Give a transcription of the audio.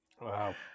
Wow